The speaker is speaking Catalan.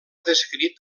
descrit